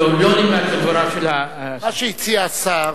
מה שהציע השר,